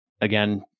again